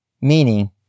meaning